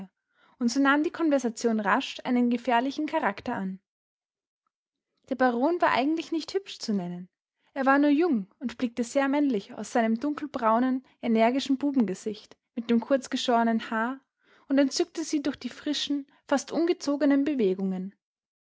und so nahm die konversation rasch einen gefährlichen charakter an der baron war eigentlich nicht hübsch zu nennen er war nur jung und blickte sehr männlich aus seinem dunkelbraunen energischen bubengesicht mit dem kurz geschorenen haar und entzückte sie durch die frischen fast ungezogenen bewegungen